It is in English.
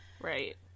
Right